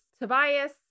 Tobias